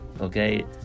okay